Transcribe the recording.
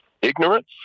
ignorance